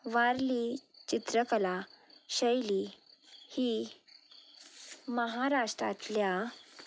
वारली चित्रकला शैली ही महाराष्ट्रांतल्या